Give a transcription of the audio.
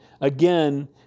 again